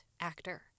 actor